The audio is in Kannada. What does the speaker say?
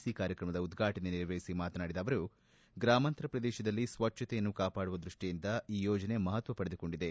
ಸಿ ಕಾರ್ಯಕ್ರಮದ ಉದ್ವಾಟನೆ ನೆರವೇರಿಸಿ ಮಾತಾನಾಡಿದ ಅವರು ಗ್ರಾಮಾಂತರ ಪ್ರದೇಶದಲ್ಲಿ ಸ್ವಚ್ಛತೆಯನ್ನು ಕಾಪಾಡುವ ದೃಷ್ಟಿಯಿಂದ ಈ ಯೋಜನೆ ಮಹತ್ವ ಪಡೆದುಕೊಂಡಿದೆ